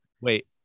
wait